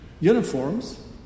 uniforms